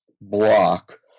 block